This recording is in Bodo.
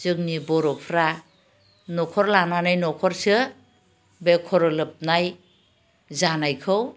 जोंनि बर'फ्रा न'खर लानानै न'खरसो बे खर' लोबनाय जानायखौ